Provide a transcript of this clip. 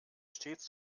stets